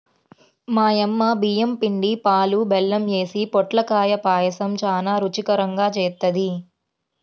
మా యమ్మ బియ్యం పిండి, పాలు, బెల్లం యేసి పొట్లకాయ పాయసం చానా రుచికరంగా జేత్తది